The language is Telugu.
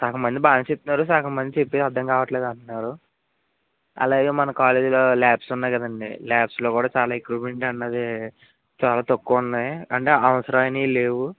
సగం మంది బాగా చెప్తున్నారు సగం మంది చెప్పేది అర్థం కావట్లేదంటున్నారు అలాగే మన కాలేజీలో ల్యాబ్స్ ఉన్నాయి కదండి ల్యాబ్స్లో కూడా చాలా ఎక్విప్మెంట్ అన్నది చాలా తక్కువున్నాయి అంటే అవసరానివి లేవు